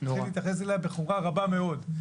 צריך להתייחס אליה בחומרה רבה מאוד.